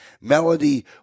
Melody